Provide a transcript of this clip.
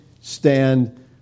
stand